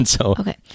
Okay